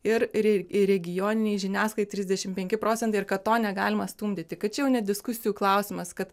ir ir ir regioninei žiniasklaidai trisdešimt penki procentai ir kad to negalima stumdyti kad čia jau ne diskusijų klausimas kad